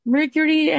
Mercury